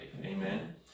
amen